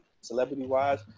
celebrity-wise